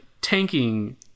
tanking